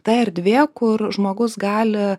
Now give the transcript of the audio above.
ta erdvė kur žmogus gali